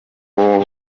wabo